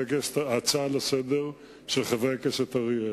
ההצעה לסדר-היום של חבר הכנסת אריאל,